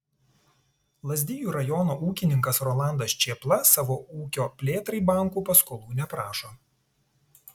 lazdijų rajono ūkininkas rolandas čėpla savo ūkio plėtrai bankų paskolų neprašo